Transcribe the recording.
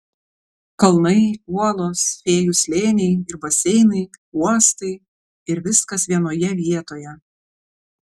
kalnai uolos fėjų slėniai ir baseinai uostai ir viskas vienoje vietoje